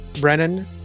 Brennan